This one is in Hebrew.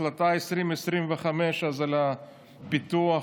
החלטה 2025 על הפיתוח,